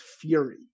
fury